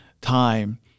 time